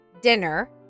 dinner